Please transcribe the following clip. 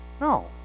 No